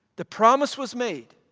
the promise was made,